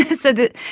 ah so the,